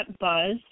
buzz